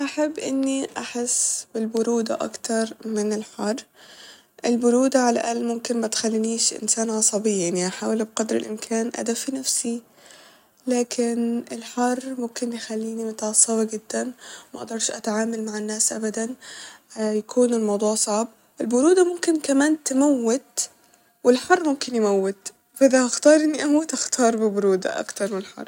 هحب اني احس بالبرودة اكتر من الحر ، البرودة ع الاقل ممكن متخلينيش انسانة عصبية ، يعني هحاول بقدر الامكان ادفي نفسي ، لكن الحر ممكن يخليني متعصبة جدا ، مقدرش اتعامل مع الناس ابدا يكون الموضوع صعب ، البرودة ممكن كمان تموت والحر ممكن يموت فاذا هختار اني اموت هختار البرودة اكتر م الحر